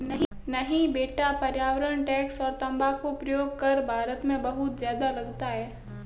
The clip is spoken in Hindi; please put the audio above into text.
नहीं बेटा पर्यावरण टैक्स और तंबाकू प्रयोग कर भारत में बहुत ज्यादा लगता है